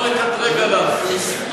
לא לקטרג עליו.